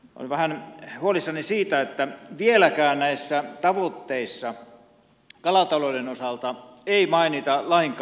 olen vähän huolissani siitä että vieläkään näissä tavoitteissa kalatalouden osalta ei mainita lainkaan matkailua